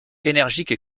énergique